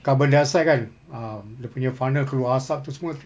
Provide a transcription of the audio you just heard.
carbon dioxide kan ah dia punya funnel keluar asap tu semua